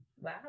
Wow